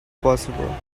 possible